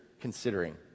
considering